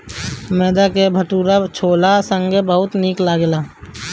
मैदा के भटूरा छोला संगे बहुते निक लगेला